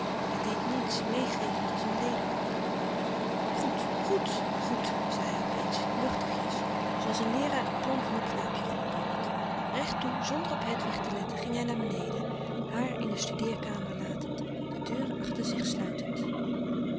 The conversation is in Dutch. hij deed niets mee gevend als een lede pop goed goed goed zei hij op eens luchtigjes zooals een leeraar het plan van een knaapje goedkeurt recht toe zonder op hedwig te letten ging hij naar beneden haar in de studeerkamer latend de deur achter zich sluitend